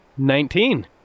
Nineteen